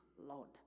Lord